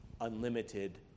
unlimited